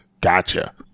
Gotcha